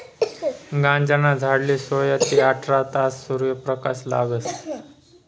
गांजाना झाडले सोया ते आठरा तास सूर्यप्रकाश लागस